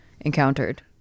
encountered